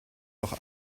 auch